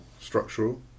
structural